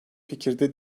fikirde